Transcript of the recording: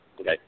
Okay